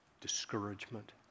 discouragement